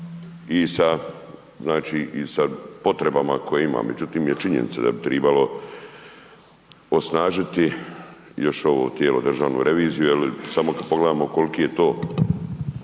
i sa potreba koje ima. Međutim je činjenica da bi trebalo osnažiti još ovo tijelo državnu reviziju jer samo kada pogledamo koliko je to,